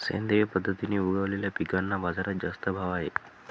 सेंद्रिय पद्धतीने उगवलेल्या पिकांना बाजारात जास्त भाव आहे